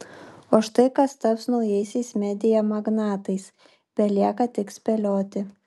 o štai kas taps naujaisiais media magnatais belieka tik spėlioti